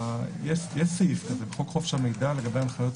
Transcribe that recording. יש סעיף כזה בחוק חופש המידע לגבי הנחיות.